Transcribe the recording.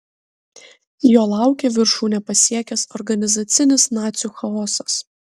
jo laukė viršūnę pasiekęs organizacinis nacių chaosas